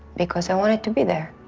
because i wanted to be there.